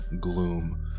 gloom